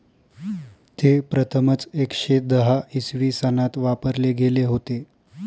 ते प्रथमच एकशे दहा इसवी सनात वापरले गेले होते